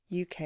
uk